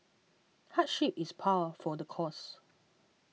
hardship is par for the course